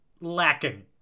lacking